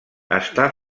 està